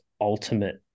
ultimate